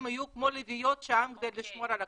יהיו כמו לביאות שם כדי לשמור על הכללים.